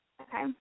Okay